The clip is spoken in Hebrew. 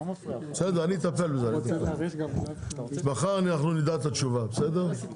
מחר אנחנו נדע את התשובה, בסדר?